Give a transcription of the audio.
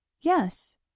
yes